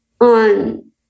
on